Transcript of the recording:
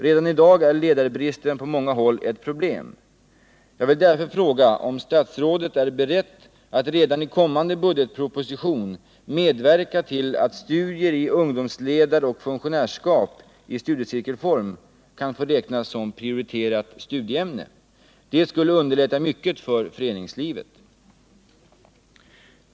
Redan i dag är ledarbristen på många håll ett problem. Jag vill därför fråga om statsrådet är beredd att redan i kommande budgetproposition medverka till att studier i ungdomsledarutbildning och funktionärsskap i studiecirkelform kan få räknas som prioriterat studieämne. Det skulle underlätta mycket för föreningslivet.